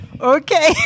Okay